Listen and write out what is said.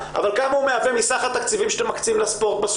אבל כמה הוא מהווה מסך התקציבים שאתם מקצים לספורט?